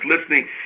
listening